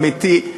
אמיתי,